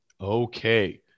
Okay